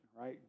right